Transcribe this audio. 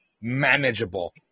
manageable